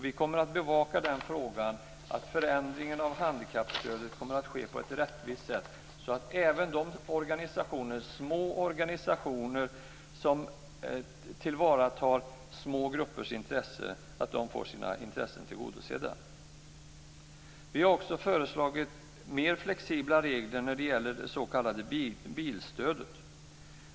Vi kommer att bevaka att förändringen av handikappstödet sker på ett rättvist sätt så att även de små organisationer som tillvaratar små gruppers intressen får sina intressen tillgodosedda. Vi har också föreslagit mer flexibla regler när det gäller det s.k. bilstödet.